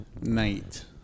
night